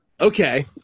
okay